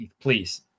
please